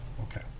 Okay